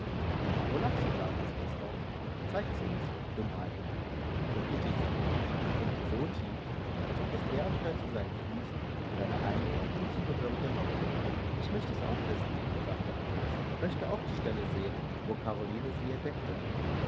wo lagst du damals gustav zeig es uns dummheiten brummte dieser und brummte so tief als ob das bärenfell zu seinen füßen seine eigene ihm zugehörige haut wäre ich möchte es auch wissen sagte agnes möchte auch die stelle sehen wo caroline sie entdeckte